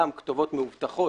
גם כתובות מאובטחות,